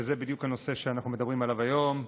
וזה בדיוק הנושא שאנחנו מדברים עליו היום.